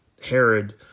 Herod